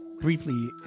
briefly